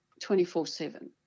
24-7